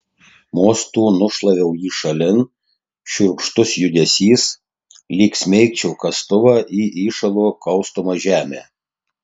mostu nušlaviau jį šalin šiurkštus judesys lyg smeigčiau kastuvą į įšalo kaustomą žemę